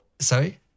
Sorry